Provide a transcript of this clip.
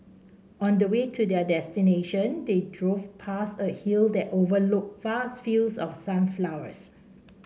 on the way to their destination they drove past a hill that overlooked vast fields of sunflowers